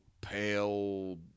pale